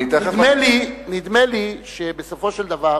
נדמה לי שבסופו של דבר